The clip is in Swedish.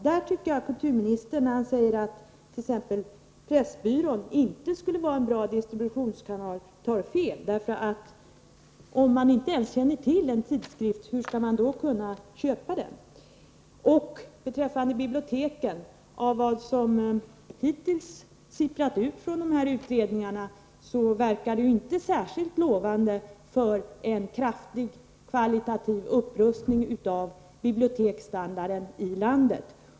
Jag tycker att kulturministern tar fel när han säger att Pressbyrån inte skulle vara en bra distributionskanal. Om man inte ens känner till en tidskrift, hur skall man då kunna köpa den? Så till frågan om biblioteken. Det som hittills sipprat ut från utredningarna verkar inte särskilt lovande för en kraftig kvalitativ upprustning av biblioteksstandarden i landet.